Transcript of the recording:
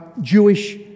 Jewish